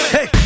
Hey